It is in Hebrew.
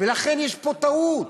ולכן יש פה טעות,